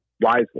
wisely